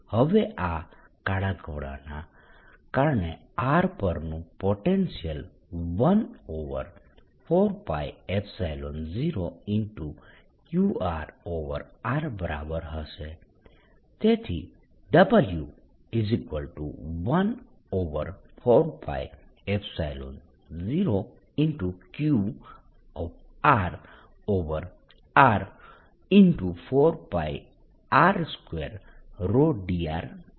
હવે આ કાળા ગોળાનાં કારણે r પરનું પોટેન્શિયલ 14π0Q r બરાબર હશે તેથી W14π0Q r4πr2ρdr થશે